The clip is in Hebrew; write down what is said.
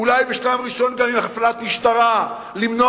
אולי בשלב ראשון גם עם הפעלת משטרה למנוע